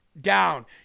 down